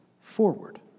forward